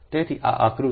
તેથી આ આકૃતિ છે